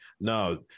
no